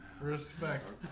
Respect